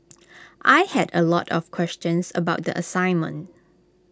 I had A lot of questions about the assignment